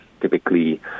typically